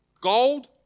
gold